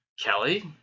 Kelly